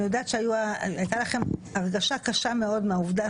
אני יודעת שהייתה לכם הרגשה קשה מאוד מהעובדה